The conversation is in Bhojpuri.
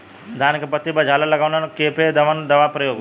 धान के पत्ती पर झाला लगववलन कियेपे कवन दवा प्रयोग होई?